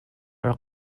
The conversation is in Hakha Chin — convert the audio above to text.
rak